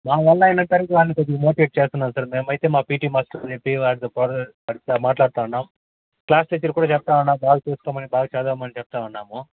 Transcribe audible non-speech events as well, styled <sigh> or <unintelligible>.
మా వల్ల అయినంతవరకు వాడిని కొద్దిగా మోటివేట్ చేస్తున్నాం సార్ మేమైతే మా పిటి మాస్టర్ని చెప్పి వాడితో <unintelligible> మాట్లాడుతున్నాం క్లాస్ టీచర్ కూడా చెప్తా ఉన్నాం బాగా చూసుకోమని బాగా చదవమని చెప్తున్నాము